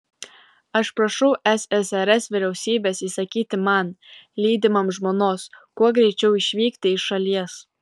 aš prašau ssrs vyriausybės įsakyti man lydimam žmonos kuo greičiau išvykti iš šalies